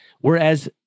Whereas